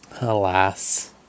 alas